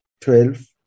twelve